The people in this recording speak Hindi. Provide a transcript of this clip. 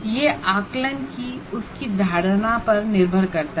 यह उसके परसेप्शन ऑफ असेसमेंट पर निर्भर करता है